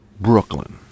Brooklyn